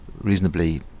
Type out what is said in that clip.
reasonably